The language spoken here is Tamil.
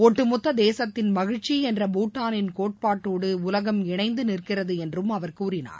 ஒட்டுமொத்த தேசத்தின் மகிழ்ச்சி என்ற பூட்டாளின் கோட்பாட்டோடு உலகம் இணைந்து நிற்கிறது என்றும் அவர் கூறினார்